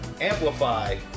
amplify